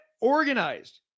organized